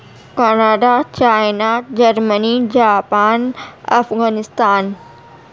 Canada China Germany Japan Afghanistan